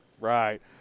Right